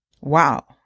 Wow